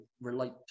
relate